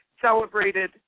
celebrated